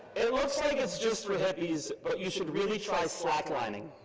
it looks like it's just for hippies but you should really try slack lining.